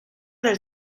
del